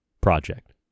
Project